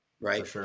Right